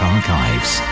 Archives